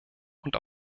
und